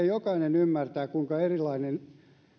jokainen ymmärtää kuinka erilaisen